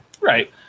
Right